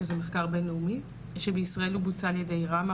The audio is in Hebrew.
שזה מחקר בין לאומי שבישראל הוא בוצע על ידי רמ"ה,